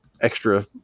extra